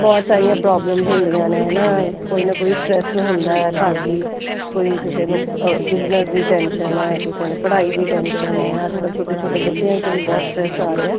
ਬਹੁਤ ਸਾਰੀਆਂ ਪ੍ਰੋਬਲਮਸ ਹੁੰਦੀਆਂ ਨੇ ਹੈ ਨਾ ਕੋਈ ਨਾ ਕੋਈ ਸਟਰੈਸ ਹੁੰਦਾ ਘਰ ਦੀ ਕੋਈ ਕਿਸੇ ਨੂੰ ਬਿਜ਼ਨਸ ਦੀ ਟੈਂਸ਼ਨ ਹੈ ਕਿਸੇ ਨੂੰ ਪੜ੍ਹਾਈ ਦੀ ਟੈਂਸ਼ਨ ਹੈ ਅੱਜ ਕੱਲ੍ਹ ਛੋਟੇ ਛੋਟੇ ਬੱਚਿਆਂ 'ਚ ਵੀ ਬਹੁਤ ਸਟਰੈਸ ਆ ਰਿਹਾ